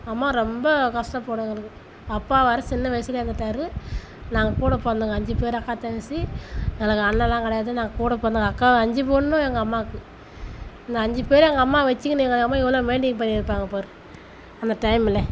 அம்மா ரொம்ப கஷ்டப்படும் எங்களுக்கு அப்பா வேறு சின்ன வயசுலேயே இறந்துட்டாரு நாங்கள் கூட பிறந்தவங்க அஞ்சு பேர் அக்கா தங்கச்சி எனக்கு அண்ணெல்லாம் கிடையாது நாங்கள் கூட பிறந்தவங்க அக்கா அஞ்சு பொண்ணு எங்கள் அம்மாவுக்கு இந்த அஞ்சு பேரை எங்கள் அம்மா வச்சுக்கினு எங்கள் அம்மா எவ்வளோ மெயின்டெயின் பண்ணி இருப்பாங்க பார் அந்த டைமிலே